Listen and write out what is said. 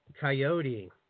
Coyote